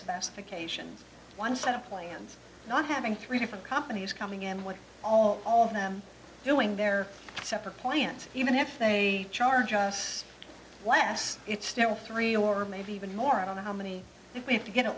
specifications one set of plans not having three different companies coming in with all all of them doing their separate plans even if they charge us last it's still three or maybe even more i don't know how many that we have to get at